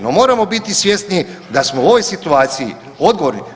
No, moramo biti svjesni da smo u ovoj situaciji odgovorni.